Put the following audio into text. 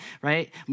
right